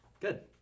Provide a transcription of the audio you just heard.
Good